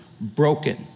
broken